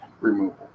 removal